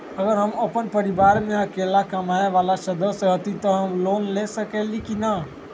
अगर हम अपन परिवार में अकेला कमाये वाला सदस्य हती त हम लोन ले सकेली की न?